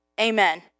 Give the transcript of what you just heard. amen